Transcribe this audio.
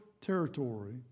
territory